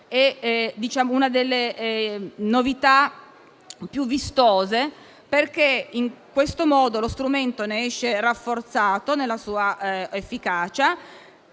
una delle novità più vistose, perché in questo modo lo strumento ne esce rafforzato nella sua efficacia.